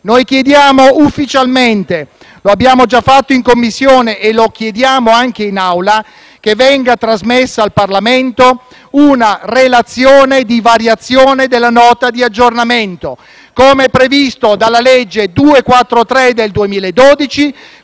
Noi chiediamo ufficialmente - lo abbiamo già fatto in Commissione e lo facciamo anche in Aula - che venga trasmessa al Parlamento una relazione di variazione della Nota di aggiornamento, come previsto dalla legge n. 243 del 2012,